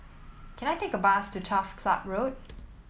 can I take a bus to Turf Ciub Road